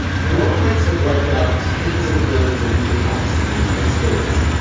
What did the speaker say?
varroa mites have wiped out tens of millions of beehives in the united states.